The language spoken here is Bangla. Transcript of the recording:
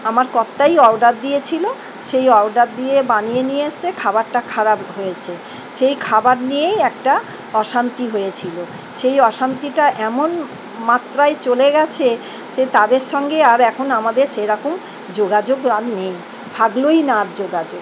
আমার কর্তাই অর্ডার দিয়েছিলো সেই অর্ডার দিয়ে বানিয়ে নিয়ে এসেছে খাবারটা খারাপ হয়েছে সেই খাবার নিয়েই একটা অশান্তি হয়েছিলো সেই অশান্তিটা এমন মাত্রায় চলে গেছে সে তাদের সঙ্গে আর এখন আমাদের সেইরকম যোগাযোগ আর নেই থাকলোই না যোগাযোগ